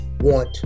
Want